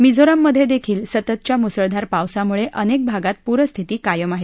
मिझोराम मध्ये देखील सततच्या मुसळधार पावसामुळे अनेक भागात पूरस्थिती कायम आहे